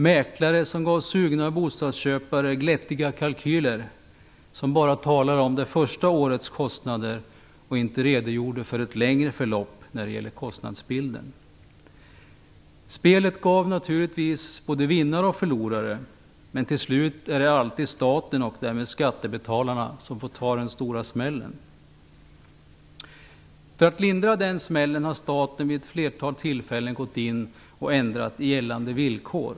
Mäklare gav sugna bostadsköpare glättiga kalkyler, som bara talade om det första årets kostnader och inte redogjorde för ett längre förlopp när det gällde kostnadsbilden. Spelet gav naturligtvis både vinnare och förlorare. Till slut är det alltid staten och därmed skattebetalarna som får ta den stora smällen. För att lindra den smällen har staten vid ett flertal tillfällen ändrat gällande villkor.